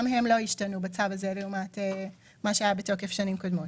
הם לא השתנו בצו הזה לעומת מה שהיה בתוקף בשנים קודמות.